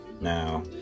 now